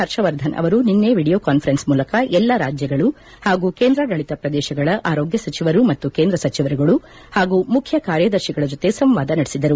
ಪರ್ಷವರ್ಧನ್ ಅವರು ನಿನೈ video conference ಮೂಲಕ ಎಲ್ಲಾ ರಾಜ್ಯಗಳು ಹಾಗೂ ಕೇಂದಾಡಳತ ಪ್ರದೇಶಗಳ ಆರೋಗ್ಯ ಸಚಿವರು ಹಾಗೂ ಕೇಂದ್ರ ಸಚಿವರುಗಳು ಮತ್ತು ಮುಖ್ಯ ಕಾರ್ಯದರ್ತಿಗಳ ಜೊತೆ ಸಂವಾದ ನಡೆಸಿದರು